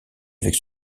avec